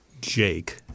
Jake